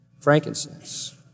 Frankincense